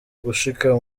gushika